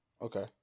Okay